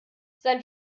sein